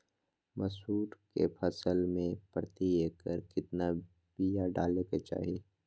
मसूरी के फसल में प्रति एकड़ केतना बिया डाले के चाही?